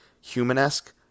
human-esque